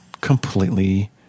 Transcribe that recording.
completely